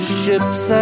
ships